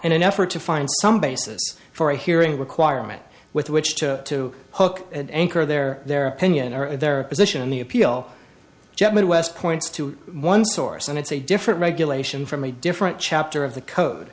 in an effort to find some basis for a hearing requirement with which to to hook and anchor their their opinion or their position in the appeal jet midwest points to one source and it's a different regulation from a different chapter of the code